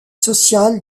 sociales